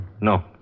No